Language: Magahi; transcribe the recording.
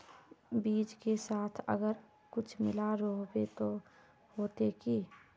बीज के साथ आर कुछ मिला रोहबे ला होते की?